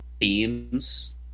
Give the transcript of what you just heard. themes